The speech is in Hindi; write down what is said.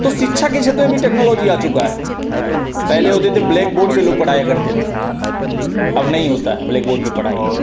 तो सिक्षा की क्षेत्र में भी टेक्नोलॉजी आ चूकी है पहले होते थे ब्लैकबोर्ड पर लोग पढ़ाया करते थे अब नहीं होती है ब्लैकबोर्ड पर पढ़ाई